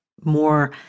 more